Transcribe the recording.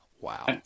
Wow